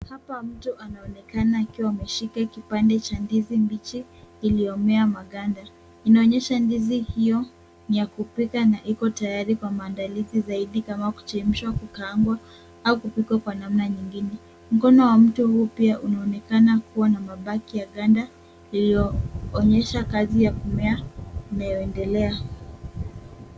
Hapa mtu anaonekana akiwa ameshika kipande cha ndizi mbichi, iliyomea maganda, inaonyesha ndizi hio ni ya kupika na iko tayari kwa maandalizi zaidi, kama kuchemshwa, kukaangwa au kupikwa kwa namna nyingine. Mkono wa mtu huyu pia unaonekana kuwa na mabaki ya ganda, lililoonyesha kazi ya kumea inayoendelea.